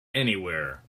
anywhere